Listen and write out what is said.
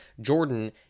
Jordan